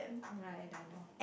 right I know